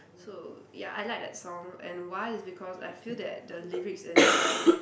so ya I like that song and why is because I feel that the lyrics is um